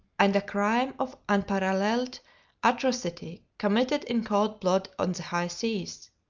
and a crime of unparalleled atrocity committed in cold blood on the high seas.